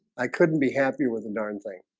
i couldn't be happier with the darn thing.